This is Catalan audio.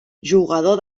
jugador